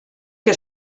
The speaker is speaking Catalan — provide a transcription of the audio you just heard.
que